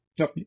No